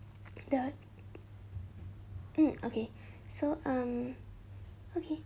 the hmm okay so um okay